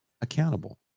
accountable